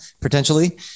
potentially